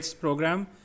program